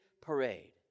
parade